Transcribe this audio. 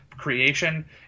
creation